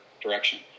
direction